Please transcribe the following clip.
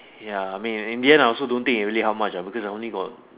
ya I mean in the end I also don't think it really help much uh because I only got